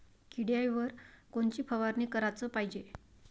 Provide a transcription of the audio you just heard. किड्याइवर कोनची फवारनी कराच पायजे?